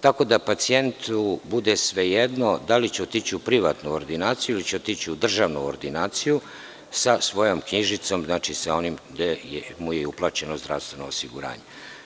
tako da pacijentu bude svejedno da li će otići u privatnu ordinaciju ili će otići u državnu ordinaciju sa svojom knjižicom, sa onim gde mu je uplaćeno zdravstveno osiguranje.